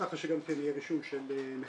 ככה שגם כן יהיה רישום של נכסים.